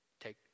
take